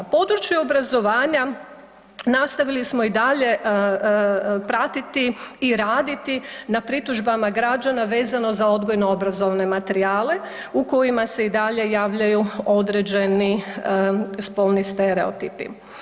Područje obrazovanja nastavili smo i dalje pratiti i raditi na pritužbama građana vezano za odgojno obrazovne materijale u kojima se i dalje javljaju određeni spolni stereotipi.